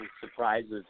surprises